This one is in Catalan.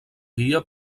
guia